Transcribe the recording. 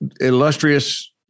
illustrious